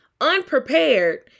unprepared